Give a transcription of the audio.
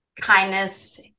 kindness